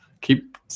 keep